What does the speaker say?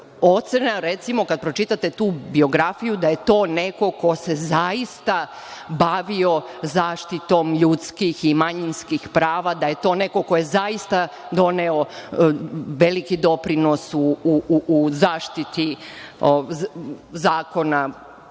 ocena, recimo, kad pročitate tu biografiju, da je to neko ko se zaista bavio zaštitom ljudskih i manjinskih prava, da je to neko ko je zaista doneo veliki doprinos u zaštiti zakona